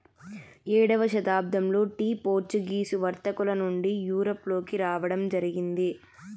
ఏడవ శతాబ్దంలో tea Portuguese వర్తకుల నుండి యూరప్ లోకి రావడం జరిగింది